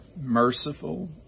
merciful